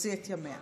תוציא את ימיה,